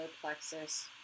plexus